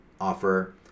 offer